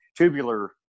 tubular